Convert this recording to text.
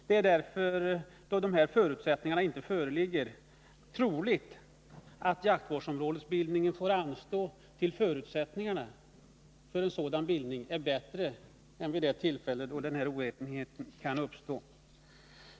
Det är därför, då de förutsättningarna inte föreligger, troligt att jaktvårdsområdesbildningen får anstå tills förutsättningarna för en sådan bildning är bättre än vid det tillfälle då den här oenigheten kan uppstå.